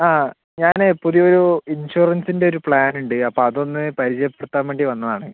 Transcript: ആ ഞാന് പുതിയ ഒരു ഇൻഷുറൻസിൻ്റെ ഒരു പ്ലാൻ ഉണ്ട് അപ്പം അത് ഒന്ന് പരിചയപ്പെടുത്താൻ വേണ്ടി വന്നത് ആണ്